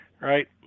right